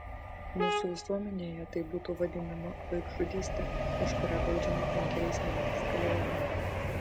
mūsų visuomenėje tai būtų vadinama vaikžudyste už kurią baudžiama penkeriais metais kalėjimo